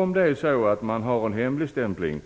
Fru talman! Låt oss säga att en akt